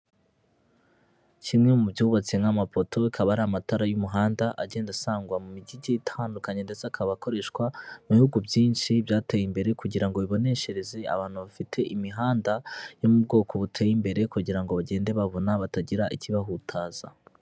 Kimwe mu byubatse nk'amapoto akaba ari amatara y'umuhanda agenda asangwa mu mijyi igiye itandukanye ndetse akaba akoreshwa mu bihugu byinshi byateye imbere, kugira ngo biboneshereze abantu bafite imihanda yo mu bwoko buteye imbere, kugira ngo bagende babona batagira ikibahutaza.